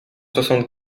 soixante